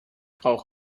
rauch